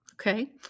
Okay